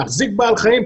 להחזיק בעל חיים,